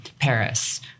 Paris